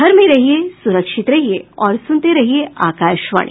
घर में रहिये सुरक्षित रहिये और सुनते रहिये आकाशवाणी